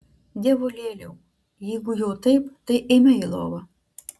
dievulėliau jeigu jau taip tai eime į lovą